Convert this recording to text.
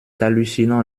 hallucinant